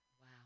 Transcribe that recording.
Wow